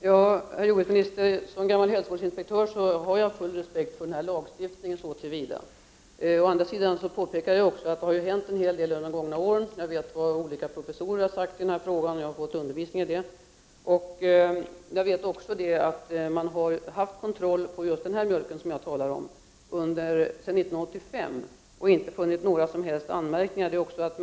Herr talman! Herr jordbruksminister! Som gammal hälsovårdsinspektör har jag full respekt för denna lagstiftning så till vida. Å andra sidan påpekade jag också att det har hänt en hel del under de gångna åren. Jag vet vad olika professorer har sagt i denna fråga, jag har fått undervisning i det. Jag vet också att det sedan 1985 har gjorts kontroll av just den mjölk som jag talar om. Och man har inte funnit några som helst anmärkningar på den.